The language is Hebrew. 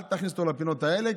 אל תכניס אותו לפינות האלה,